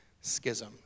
schism